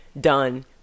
done